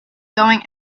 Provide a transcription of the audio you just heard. going